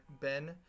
Ben